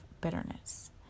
bitterness